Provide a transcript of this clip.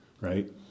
right